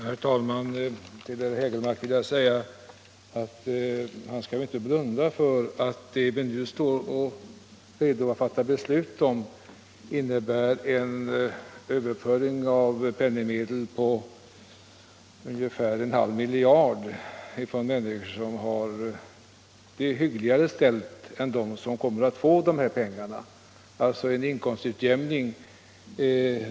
Herr talman! Herr Hägelmark skall inte blunda för att det vi nu är redo att fatta beslut om innebär en överföring av ungefär en halv miljard kronor från människor som har det hyggligare ställt än de som kommer att få dessa pengar — alltså en inkomstutjämning.